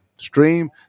Stream